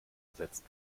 ersetzt